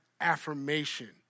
affirmation